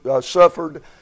suffered